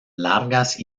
largas